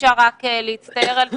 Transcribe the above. ואפשר רק להצטער על זה.